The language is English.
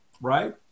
right